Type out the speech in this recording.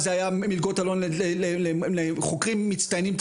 אז זה היה מלגות אלון לחוקרים מצטיינים צעירים.